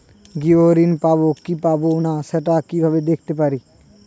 গৃহ ঋণ পাবো কি পাবো না সেটা কিভাবে দেখতে পারি?